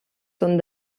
són